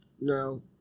No